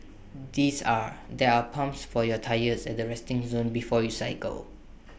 these are there are pumps for your tyres at the resting zone before you cycle